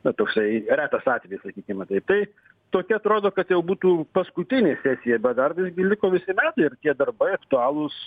na toksai retas atvejis sakykime taip tai tokia atrodo kad jau būtų paskutinė sesija bet dar visgi liko visi metai ir tie darbai aktualūs